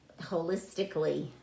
holistically